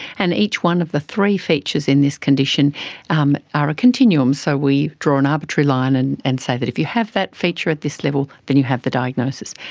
and each one of the three features in this condition um are a continuum. so we draw an arbitrary line and and say that if you have that feature at this level, then you have the diagnosis.